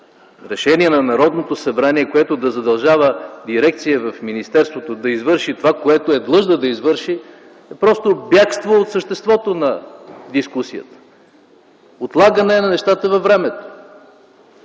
решение на Народното събрание, което да задължава дирекция в министерството да извърши това, което е длъжна да извърши, е просто бягство от съществото на дискусията, отлагане на нещата във времето